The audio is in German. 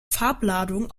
farbladung